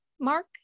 Mark